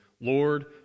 Lord